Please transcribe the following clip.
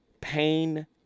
pain